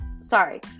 sorry